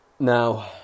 Now